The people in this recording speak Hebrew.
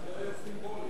זה סימבולי.